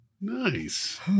nice